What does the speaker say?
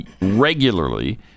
regularly